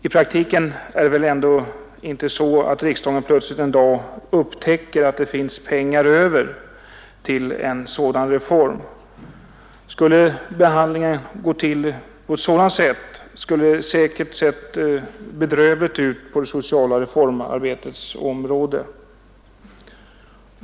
I praktiken är det väl inte så att riksdagen plötsligt en dag upptäcker att det finns ”pengar över” till en sådan reform. Skulle behandlingen gå till på sådant sätt hade det säkerligen sett bedrövligt ut på det sociala reformarbetets område.